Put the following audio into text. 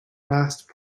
last